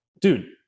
dude